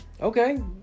Okay